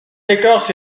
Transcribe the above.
écorce